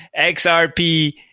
xrp